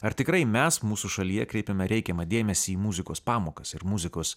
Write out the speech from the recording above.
ar tikrai mes mūsų šalyje kreipiame reikiamą dėmesį į muzikos pamokas ir muzikos